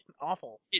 awful